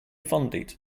funded